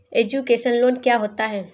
Education loan क्या होता है?